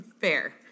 Fair